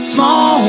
Small